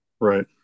Right